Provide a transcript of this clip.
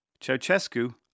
Ceausescu